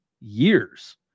years